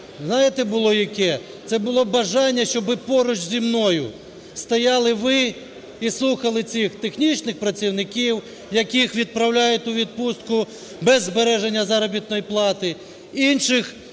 знаєте, було яке? Це було бажання, щоб поруч зі мною стояли ви і слухали цих технічних працівників, яких відправляють у відпустку без збереження заробітної плати, інших,